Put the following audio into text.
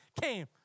came